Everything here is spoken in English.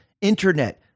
internet